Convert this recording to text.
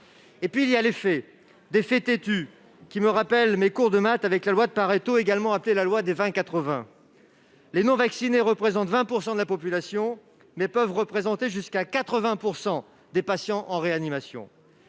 Et puis, il y a les faits et ils sont têtus. Ils me rappellent mes cours de mathématiques et la loi de Pareto, également appelée loi des 20-80. Les non-vaccinés représentent 20 % de la population, mais peuvent représenter jusqu'à 80 % des patients en réanimation.